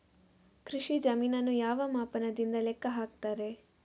ಕೃಷಿ ಜಮೀನನ್ನು ಯಾವ ಮಾಪನದಿಂದ ಲೆಕ್ಕ ಹಾಕ್ತರೆ?